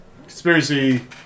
conspiracy